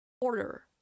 order